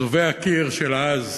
אזובי הקיר של אז,